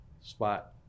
spot